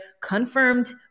confirmed